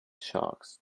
sharks